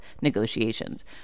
negotiations